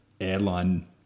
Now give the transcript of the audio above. airline